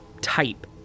type